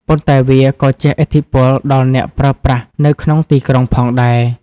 ប៉ុន្តែវាក៏ជះឥទ្ធិពលដល់អ្នកប្រើប្រាស់នៅក្នុងទីក្រុងផងដែរ។